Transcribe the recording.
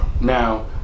now